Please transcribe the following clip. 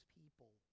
people